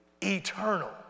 Eternal